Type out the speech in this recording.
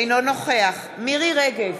אינו נוכח מירי רגב,